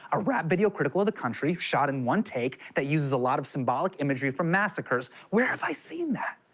a rap video critical the country, shot in one take, that uses a lot of symbolic imagery from massacres. where have i seen that?